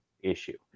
issue